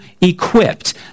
equipped